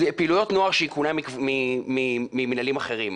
פעילויות נוער שהיא קונה ממינהלים אחרים.